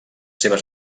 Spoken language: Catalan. seves